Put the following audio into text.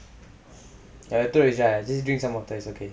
just drink some water it's okay